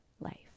life